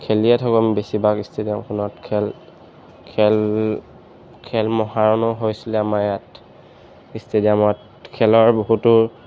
খেলিয়ে থাকোঁ আমি বেছিভাগ ষ্টেডিয়ামখনত খেল খেল খেল মহাৰণো হৈছিলে আমাৰ ইয়াত ইষ্টেডিয়ামত খেলৰ বহুতো